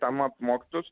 tam apmokytus